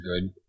good